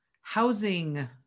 housing